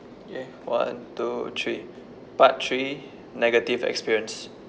yeah one two three part three negative experience